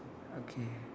okay